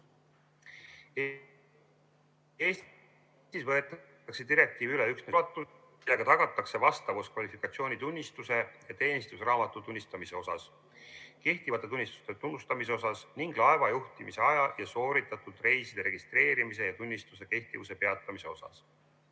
Eestis võetakse direktiiv üle üksnes ulatuses, millega tagatakse vastavus kvalifikatsioonitunnistuse ja teenistusraamatu tunnustamise osas, kehtivate tunnistuste tunnustamise osas ning laeva juhtimise aja ja sooritatud reiside registreerimise ja tunnistuse kehtivuse peatamise osas,